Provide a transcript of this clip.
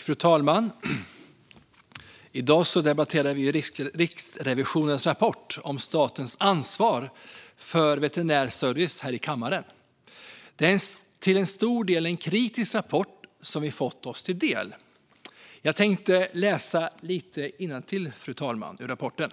Fru talman! I dag debatterar vi här i kammaren Riksrevisionens rapport om statens ansvar för veterinär service. Det är en till stor del kritisk rapport vi har fått oss till del. Jag tänkte läsa lite innantill ur rapporten.